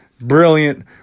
Brilliant